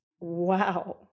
Wow